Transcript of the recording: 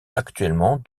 actuellement